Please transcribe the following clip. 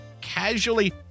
Casually